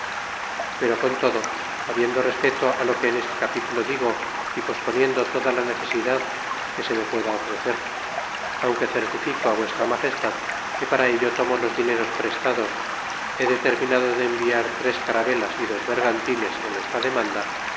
pero con todo habiendo respeto lo que en este capitulo digo y posponiendo toda la necesidad que se me pueda ofrecer aunque certifico vuestra magestad que para ello tomo los dineros pre tados he determinado de enviar tres carabelas y dos bergantine en esta demanda